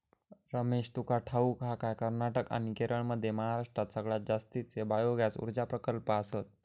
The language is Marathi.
रमेश, तुका ठाऊक हा काय, कर्नाटक आणि केरळमध्ये महाराष्ट्रात सगळ्यात जास्तीचे बायोगॅस ऊर्जा प्रकल्प आसत